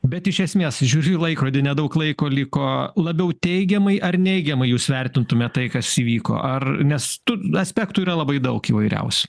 bet iš esmės žiūri į laikrodį nedaug laiko liko labiau teigiamai ar neigiamai jūs vertintumėt tai kas įvyko ar nes tų aspektų yra labai daug įvairiausių